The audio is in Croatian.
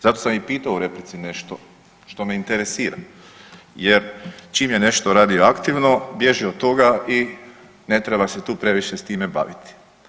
Zato sam i pitao u replici nešto što me interesira jer čim je nešto radioaktivno bježi od toga i ne treba se tu previše s time baviti.